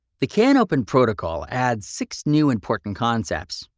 the canopen protocol adds six new important concepts,